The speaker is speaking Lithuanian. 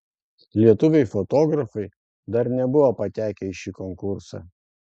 lietuviai fotografai dar nebuvo patekę į šį konkursą